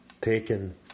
taken